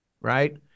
Right